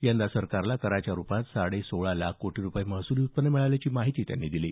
यंदा सरकारला कराच्या रुपात साडे सोळा लाख कोटी रुपये महसुली उत्पन्न मिळाल्याची माहिती त्यांनी दिली